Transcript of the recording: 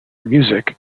music